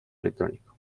electrónico